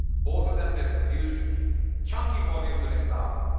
both of them they produced chunky volumes on islam.